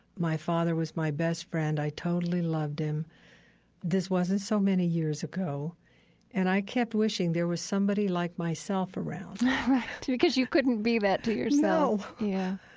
my father was my best friend, i totally loved him this wasn't so many years ago and i kept wishing there was somebody like myself around because you couldn't be that to yourself yeah